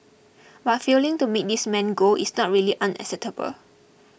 but failing to meet this main goal is not really unacceptable